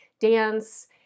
dance